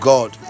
God